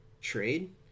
trade